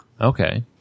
Okay